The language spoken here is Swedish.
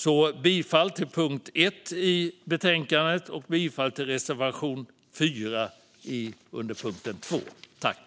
Jag yrkar bifall till utskottets förslag under punkt 1 och till reservation 4 under punkt 2.